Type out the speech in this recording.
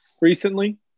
recently